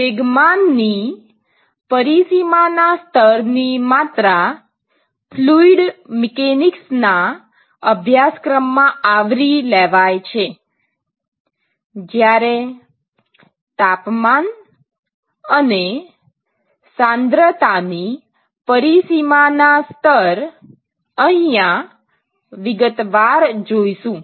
વેગમાનની પરિસીમા ના સ્તર ની માત્રા ફ્લુઇડ મિકેનિક્સના અભ્યાસક્રમ મા આવરી લેવાય છે જ્યારે તાપમાન અને સાંદ્રતા ની પરિસીમા ના સ્તર અહીંયા વિગતવાર જોઈશું